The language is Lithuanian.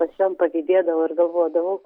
aš jom pavydėdavau ir galvodavau